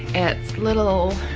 it's a little,